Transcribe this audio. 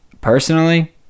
Personally